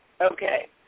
Okay